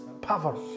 power